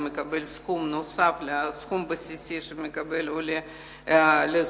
הוא מקבל סכום נוסף על הסכום הבסיסי שמקבל עולה לשכירות.